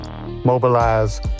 mobilize